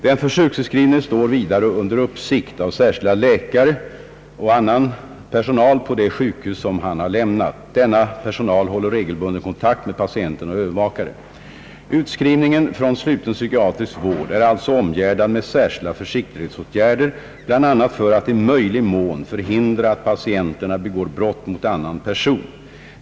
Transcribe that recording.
Den försöksutskrivne står vidare under uppsikt av särskilda läkare och annan personal på det sjukhus som han lämnat. Denna personal håller regelbunden kontakt med patienten och övervakaren. Utskrivningen från sluten psykiatrisk vård är alltså omgärdad med särskilda försiktighetsåtgärder bl.a. för att i möjlig mån förhindra att patienterna begår brott mot annan person.